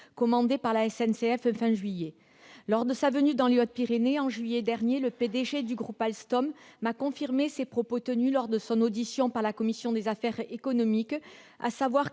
commandés par la SNCF fin juillet. Lors de sa venue dans les Hautes-Pyrénées en juillet dernier, le PDG du groupe Alstom m'a confirmé ses propos tenus lors de son audition par la commission des affaires économiques : le